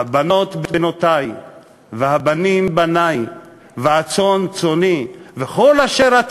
"הבנות בנֹתי והבנים בני והצאן צאני, וכל אשר אתה